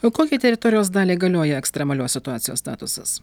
o kokią teritorijos dalį galioja ekstremalios situacijos statusas